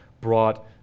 brought